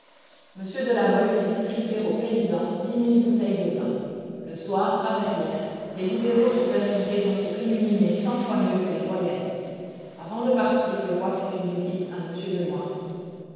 mole fit distribuer aux paysans dix mille bouteilles de vin le soir à verrières les libéraux trouvèrent une raison pour illuminer cent fois mieux que les royalistes avant de partir le roi fit une visite à m de